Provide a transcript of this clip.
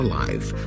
life